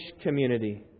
community